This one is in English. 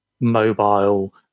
mobile